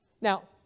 Now